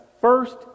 first